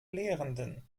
lehrenden